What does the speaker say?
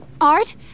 Art